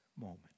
moment